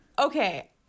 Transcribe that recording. Okay